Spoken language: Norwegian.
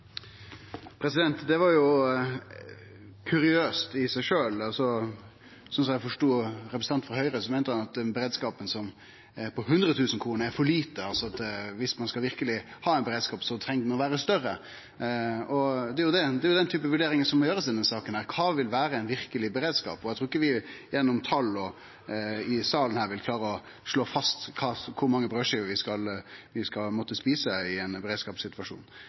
Det var jo kuriøst i seg sjølv. Slik eg forstod representanten frå Høgre, meinte han at ein beredskap på 100 000 tonn korn er for lite. Viss ein verkeleg skal ha ein beredskap, treng den å vere større. Det er den typen vurderingar ein må gjere i denne saka: Kva vil vere ein verkeleg beredskap? Eg trur ikkje vi, gjennom å bruke tal i salen her, vil klare å slå fast kor mange brødskiver vi kan ete i ein beredskapssituasjon. Det er sjølvsagt noko som vi